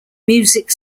music